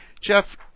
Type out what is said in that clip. Jeff